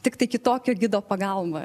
tiktai kitokio gido pagalba